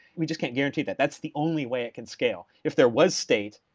we just can't guarantee that that's the only way it can scale. if there was state,